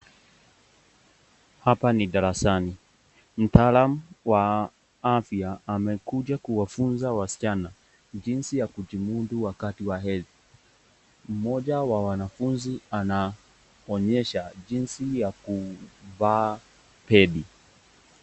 Hapa ni darasani, mtaalam wa afya amekuja kuwafuza wasichana jinsi ya kujimudu wakati wa hedhi. Mmoja wa wanafuzi anaonyesha jinsi ya kuvaa pedi.